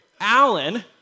Alan